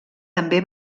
també